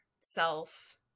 self